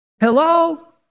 Hello